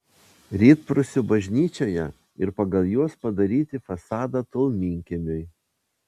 rytprūsių bažnyčioje ir pagal juos padaryti fasadą tolminkiemiui